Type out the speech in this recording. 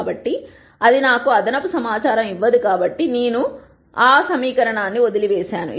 కాబట్టి అది నాకు అదనపు సమాచారం ఇవ్వదు కాబట్టి నేను ఆ సమీకరణాన్ని వదిలివేసాను